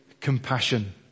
compassion